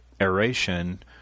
aeration